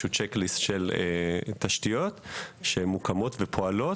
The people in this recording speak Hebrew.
באיזשהו צ'ק ליסט של תשתיות שמוקמות ופועלות,